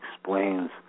explains